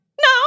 no